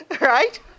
Right